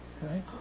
Right